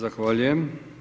zahvaljujem.